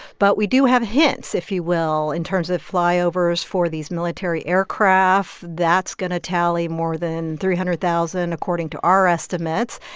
but we do have hints, if you will. in terms of flyovers for these military aircraft, that's going to tally more than three hundred thousand, according to our estimates.